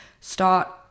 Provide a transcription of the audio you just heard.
start